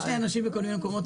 יש לי אנשים בכל מיני מקומות,